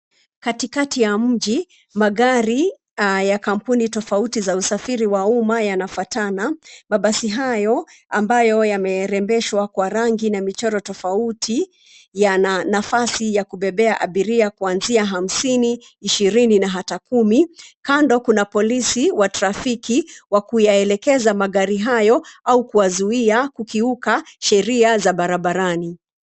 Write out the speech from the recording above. Katikati ya mji magari ya kampuni tofauti za usafiri wa umma yanafuatana, mabasi hayo ambayo yamerembeshwa kwa rangi na michoro tofauti yana nafasi ya kubebea abiria kuanzia hamsini, ishirini na hata kumi. Kando kuna polisi wa trafiki wa kuyaelekeza magari hayo au kuwazuia kukiuka sheria za barabarani.